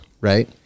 right